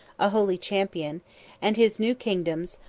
a holy champion and his new kingdoms,